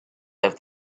love